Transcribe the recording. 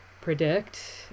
predict